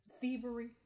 thievery